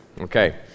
okay